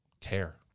care